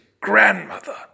grandmother